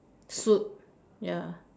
suit ya